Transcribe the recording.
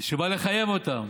ובא לחייב אותם